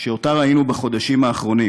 שראינו בחודשים האחרונים